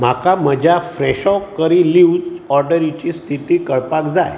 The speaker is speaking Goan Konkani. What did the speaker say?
म्हाका म्हज्या फ्रॅशो करी लिव्हस ऑर्डरिची स्थिती कळपाक जाय